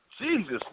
Jesus